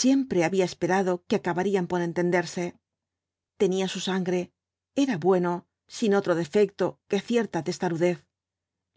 siempre había esperado que acabarían por entenderse tenía su sangre era bueno sin otro defecto que cierta testarudez